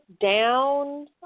down